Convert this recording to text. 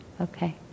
Okay